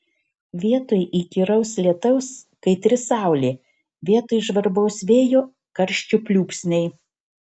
vietoj įkyraus lietaus kaitri saulė vietoj žvarbaus vėjo karščio pliūpsniai